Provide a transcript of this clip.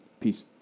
Peace